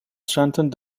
strengthened